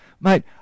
mate